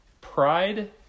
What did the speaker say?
pride